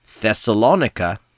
Thessalonica